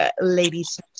ladies